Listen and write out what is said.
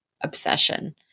obsession